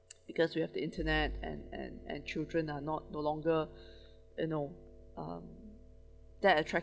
because we have the internet and and and children are not no longer you know um that attract~